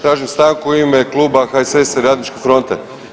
Tražim stanku u ime kluba HSS-a i Radničke fronte.